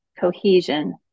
cohesion